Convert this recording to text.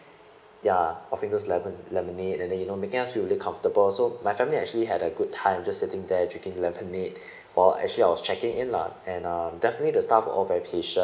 ya offering those lemon lemonade and then you know making us feel really comfortable so my family actually had a good time just sitting there drinking lemonade while actually I was checking in lah and um definitely the staff all very patient